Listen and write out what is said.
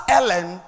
Ellen